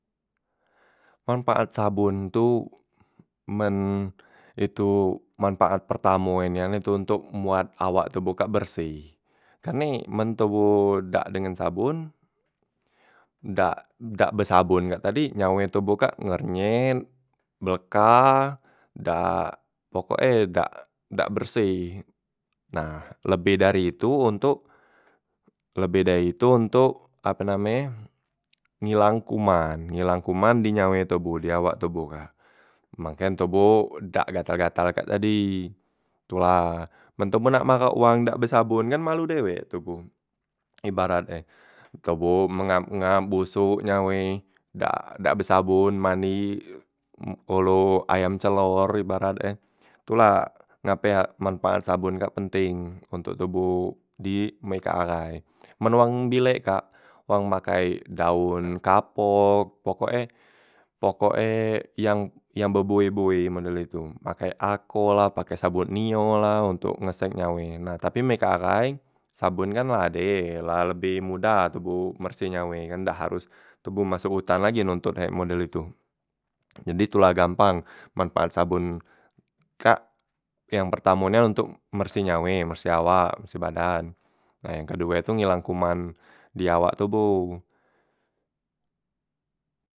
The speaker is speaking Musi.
Manpaat sabon tu men itu manpaat pertamo e nian itu ontok moat awak toboh kak berseh, karne men toboh dak dengan sabon dak dak be sabon kak tadi nyawe toboh kak ngernyet, beleka, dak pokok e dak dak berseh. Nah lebeh dari itu ontok lebeh dari itu ontok ape name e ngilang kuman ngilang kuman di nyawe toboh di awak toboh ka, mangken toboh dak gatal- gatal kak tadi. Tu la men tu nak marak wang dak be sabon kan malu dewek toboh ibarat e toboh mengap- ngap bosok nyawe dak dak be sabon mandi olo ayam celor ibarat e, tu la ngape a manpaat sabon kak penteng ontok toboh di meka ahai, men wang bilek kak wang make daon kapok, pokok e pokok e yang yang bebueh- bueh model itu, make ako lah make sabon nio la ontok ngeseng nyawe. Nah tapi meka ahai sabon la ade la lebeh modah toboh berseh nyawe e kan dak haros toboh masok utan lagi nontot e model itu. Jadi itu la gampang manpaat sabon kak yang pertamo nian ontok merseh nyawe, merseh awak, merseh badan, nah yang kedue tu ngilang kuman di awak toboh.